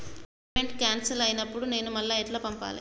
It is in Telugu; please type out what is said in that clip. పేమెంట్ క్యాన్సిల్ అయినపుడు నేను మళ్ళా ఎట్ల పంపాలే?